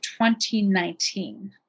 2019